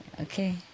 Okay